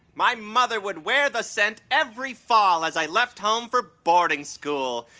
my mother would wear the scent every fall as i left home for boarding school.